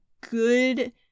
good